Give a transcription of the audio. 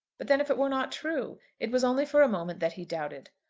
but then if it were not true? it was only for a moment that he doubted.